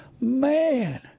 Man